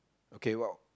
okay what